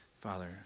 Father